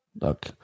Look